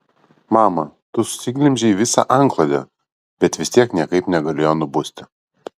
mama tu susiglemžei visą antklodę bet vis tiek niekaip negalėjo nubusti